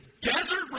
desert